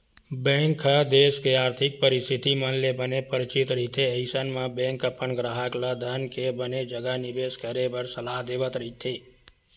bank ह देस के आरथिक परिस्थिति मन ले बने परिचित रहिथे अइसन म बेंक अपन गराहक ल धन के बने जघा निबेस करे बर सलाह देवत रहिथे